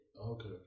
Okay